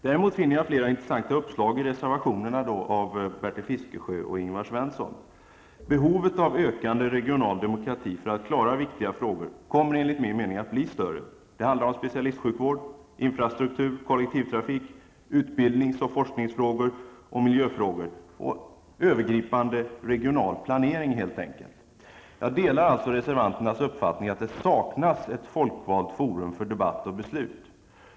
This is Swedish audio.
Däremot finner jag flera intressanta uppslag i reservationen av Bertil Fiskesjö och Ingvar Svensson. Behovet av ökande regional demokrati för att klara viktiga frågor kommer enligt min mening att bli större. Det handlar om specialistsjukvård, infrastruktur, kollektivtrafik, utbildnings och forskningsfrågor, miljöfrågor, och helt enkelt övergripande regional planering. Jag delar alltså reservanternas uppfattning att det saknas ett folkvalt forum för debatt och beslut.